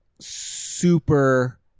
super